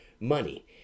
money